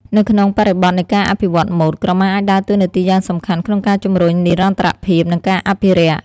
នៅក្នុងបរិបទនៃការអភិវឌ្ឍម៉ូដ ក្រមាអាចដើរតួនាទីយ៉ាងសំខាន់ក្នុងការជំរុញ និរន្តរភាព និងការអភិរក្ស ។